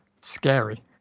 scary